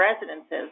residences